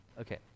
Okay